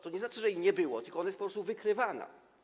To nie znaczy, że jej nie było, tylko ona jest po prostu wykrywana.